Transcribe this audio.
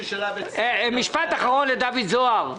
משפט אחרון לדוד זוהר.